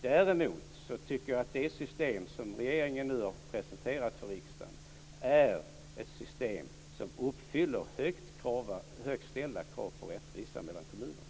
Däremot tycker jag att det system som regeringen nu har presenterat för riksdagen är ett system som uppfyller högt ställda krav på rättvisa mellan kommunerna.